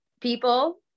people